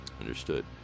Understood